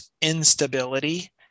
instability